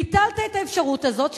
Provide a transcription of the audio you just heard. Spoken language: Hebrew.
ביטלת את האפשרות הזאת,